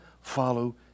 follow